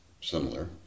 similar